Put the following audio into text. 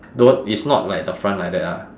don't it's not like the front like that ah